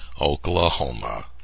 Oklahoma